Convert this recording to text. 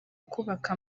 kubaka